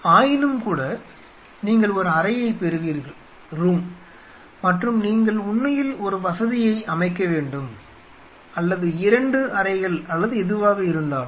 ஆயினும்கூட நீங்கள் ஒரு அறையைப் பெறுவீர்கள் மற்றும் நீங்கள் உண்மையில் ஒரு வசதியை அமைக்க வேண்டும் அல்லது இரண்டு அறைகள் அல்லது எதுவாக இருந்தாலும்